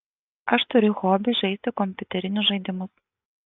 aš turiu hobį žaisti kompiuterinius žaidimus